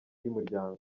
y’umuryango